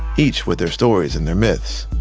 each with their stories and their myths.